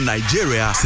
Nigeria